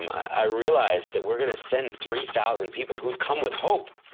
i realized that we're going to send three thousand people, who'd come with hope,